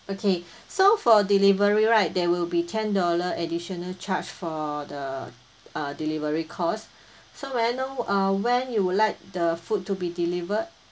okay so for delivery right there will be ten dollar additional charge for the uh delivery costs so may I know uh when you would like the food to be delivered